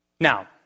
Now